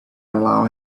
allow